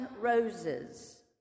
roses